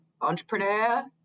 entrepreneur